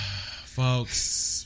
folks